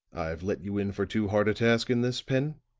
i've let you in for too hard a task in this, pen?